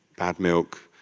bad milk,